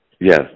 Yes